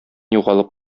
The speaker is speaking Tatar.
югалып